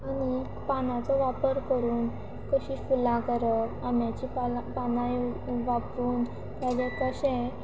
आनी पानांचो वापर करून कशीं फुलां करप आंब्याचीं पानां वापरून ताचे कशें